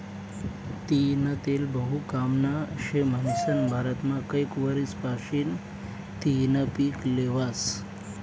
तीयीनं तेल बहु कामनं शे म्हनीसन भारतमा कैक वरीस पाशीन तियीनं पिक ल्हेवास